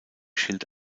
schild